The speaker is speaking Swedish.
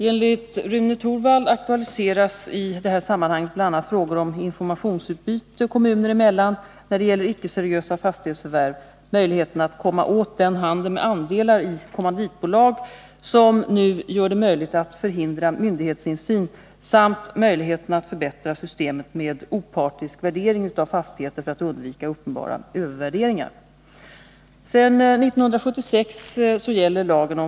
Enligt Rune Torwald aktualiseras i detta sammanhang bl.a. frågor om informationsutbyte kommuner emellan när det gäller icke-seriösa fastighetsförvärv, möjligheterna att komma åt den handel med andelar i kommanditbolag som nu gör det möjligt att förhindra myndighetsinsyn samt möjligheterna att förbättra systemet med opartisk värdering av fastigheter för att undvika uppenbara övervärderingar.